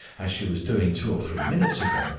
as she was doing two or three minutes ago,